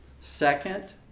Second